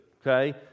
Okay